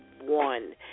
one